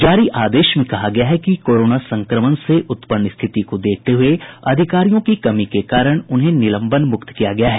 जारी आदेश में कहा गया है कि कोरोना संक्रमण से उत्पन्न रिथित को देखते हुए अधिकारियों की कमी के कारण उन्हें निलंबन मुक्त किया गया है